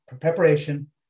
preparation